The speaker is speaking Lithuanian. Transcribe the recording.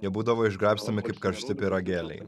jie būdavo išgraibstomi kaip karšti pyragėliai